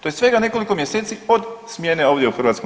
To je svega nekoliko mjeseci od smjene ovdje u HS.